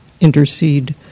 intercede